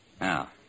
Now